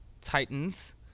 Titans